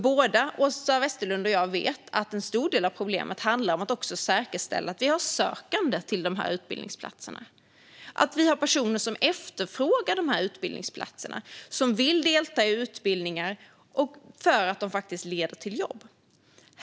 Både Åsa Westlund och jag vet att en stor del av problemet också handlar om att säkerställa att det finns sökande till utbildningsplatserna - att personer efterfrågar dem och vill delta i utbildningarna för att de faktiskt leder till jobb.